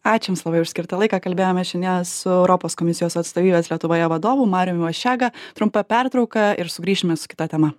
ačiū jum labai už skirtą laiką kalbėjomės šiandieną su europos komisijos atstovybės lietuvoje vadovu mariumi vaščega trumpa pertrauka ir sugrįšime su kita tema